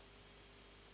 Hvala